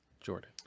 Jordan